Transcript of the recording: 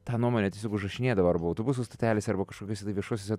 tą nuomonę tiesiog užrašinėdavo arba autobusų stotelėse arba kažkokiuose tai viešuosiuose